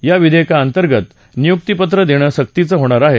या विधेयकाअंतर्गत नियुक्तीपत्र देणं सक्तीचं होणार आहे